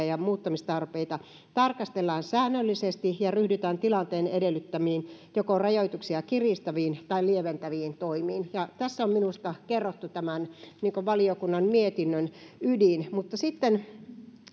ja muuttamistarpeita tarkastellaan säännöllisesti ja ryhdytään tilanteen edellyttämiin joko rajoituksia kiristäviin tai lieventäviin toimiin tässä on minusta kerrottu tämän valiokunnan mietinnön ydin sitten